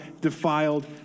defiled